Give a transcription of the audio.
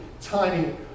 tiny